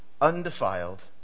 undefiled